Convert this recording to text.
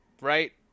right